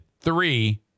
three